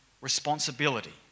responsibility